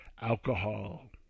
alcohol